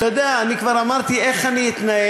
אתה יודע, אני כבר אמרתי: איך אני אתנהל?